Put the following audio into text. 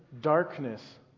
darkness